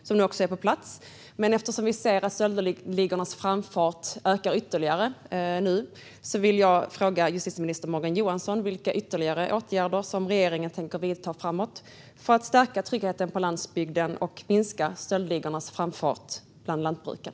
Det är nu på plats, men eftersom vi ser att stöldligornas framfart nu ökar igen vill jag fråga justitieminister Morgan Johansson vilka ytterligare åtgärder regeringen tänker vidta framöver för att stärka tryggheten på landsbygden och hejda stöldligornas framfart bland lantbruken.